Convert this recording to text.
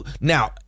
now